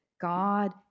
God